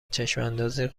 چشماندازی